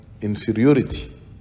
inferiority